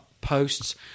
posts